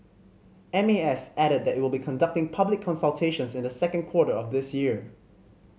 M A S added that it will be conducting public consultations in the second quarter of this year